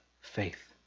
faith